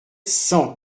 cent